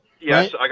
Yes